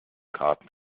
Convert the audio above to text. karten